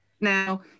now